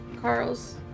Carl's